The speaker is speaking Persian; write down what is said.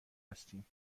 هستیم